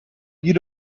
you